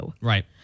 Right